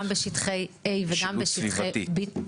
גם בשטחי A וגם בשטחי B. אוהבים משילות.